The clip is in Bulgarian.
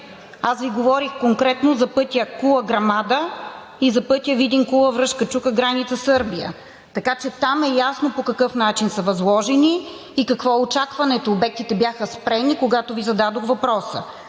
Аз Ви говорих конкретно за пътя Кула – Грамада и за пътя Видин – Кула – Връшка чука – граница Сърбия, така че там е ясно по какъв начин са възложени и какво е очакването. Обектите бяха спрени, когато Ви зададох въпроса.